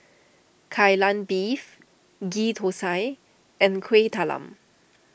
Kai Lan Beef Ghee Thosai and Kueh Talam